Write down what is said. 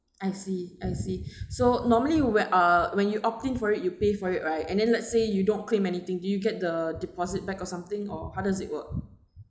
I see I see so normally when uh when you opting for it you pay for it right and then let's say you don't claim anything do you get the deposit back or something or how does it work